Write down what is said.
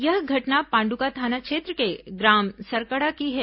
यह घटना पांडुका थाना क्षेत्र के ग्राम सरकड़ा की है